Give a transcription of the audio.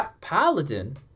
Paladin